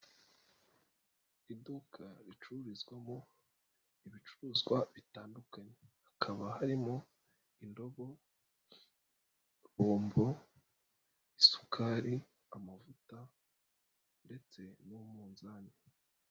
Iduka ricururizwamo ibicuruzwa bitandukanye, hakaba harimo indobo, bombo, isukari, amavuta ndetse n'umunzani.